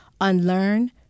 unlearn